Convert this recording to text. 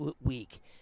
week